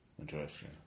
Interesting